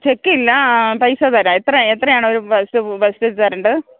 check ഇല്ല പൈസ തരാം എത്രയാണ് എത്രയാണ് ഒരു ഫസ്റ്റ് ഫസ്റ്റ് തരണ്ടത്